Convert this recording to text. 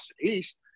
East